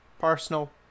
Arsenal